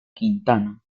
quintana